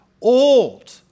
old